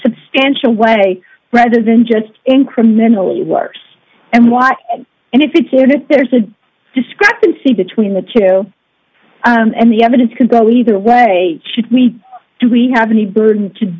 substantial way rather than just incrementally worse and why and if it did it there's a discrepancy between the two and the evidence could go either way should we do we have any burden to